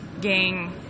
gang